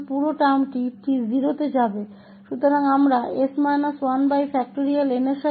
तो यह पूरा पद 0 हो जाएगा इसलिए हम s 1n